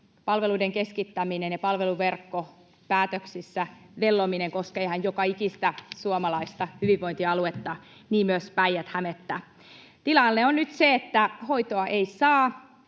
palveluiden keskittäminen ja palveluverkkopäätöksissä vellominen koskee ihan joka ikistä suomalaista hyvinvointialuetta, niin myös Päijät-Hämettä. Tilanne on nyt se, että hoitoa ei saa